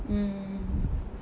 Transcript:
mm mm